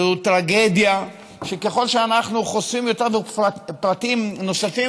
זו טרגדיה שככל שאנחנו חושפים פרטים נוספים